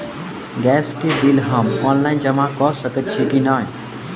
Gas केँ bill हम online जमा कऽ सकैत छी की नै?